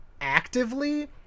actively